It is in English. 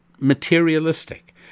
materialistic